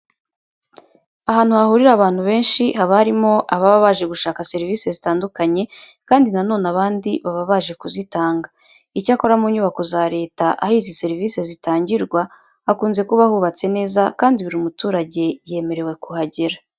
Ahantu hahurira abantu benshi haba harimo ababa baje gushaka serivise zitandukanye kandi na none abandi baba baje kuzitanga. Icyakora mu nyubako za leta aho izi serivise zitangirwa, hakunze kuba hubatse neza kandi buri muturage yemerewe kuhagera.